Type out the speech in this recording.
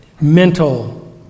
mental